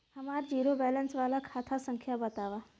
हमार zero balance वाला खाता संख्या वतावा?